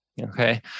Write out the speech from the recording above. Okay